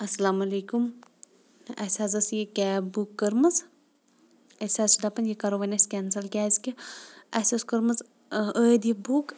السَلامُ علیکُم اَسہِ حظ ٲس یہِ کیب بُک کٔرمٕژ أسۍ حظ چھِ دَپان یہِ کَرو وۄنۍ أسۍ کینسٕل کیٛازِکہِ اَسہِ ٲسۍ کٔرمٕژ ٲدۍ یہِ بُک